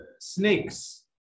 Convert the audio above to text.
snakes